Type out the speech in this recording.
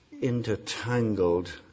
intertangled